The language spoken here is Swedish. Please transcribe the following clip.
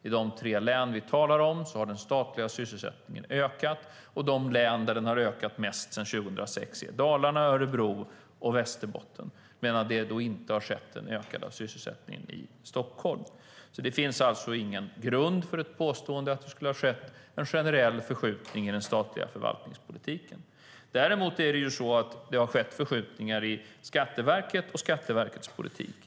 I de tre län vi talar om har den statliga sysselsättningen ökat, och de län där den har ökat mest sedan 2006 är Dalarna, Örebro och Västerbotten, medan det inte har skett en ökning av sysselsättningen i Stockholm. Det finns alltså ingen grund för påståendet att det skulle ha skett en generell förskjutning i den statliga förvaltningspolitiken. Däremot har det skett förskjutningar i Skatteverket och Skatteverkets politik.